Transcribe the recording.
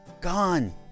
gone